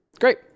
Great